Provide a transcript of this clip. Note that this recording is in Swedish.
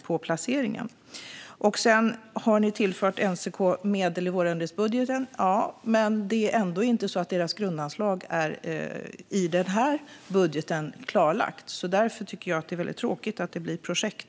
Även om ni tillför NCK medel i vårändringsbudgeten är grundanslaget inte klarlagt i denna budget, och det är tråkigt att det ska bli projekt.